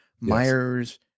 myers